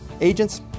Agents